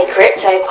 Crypto